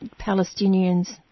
Palestinians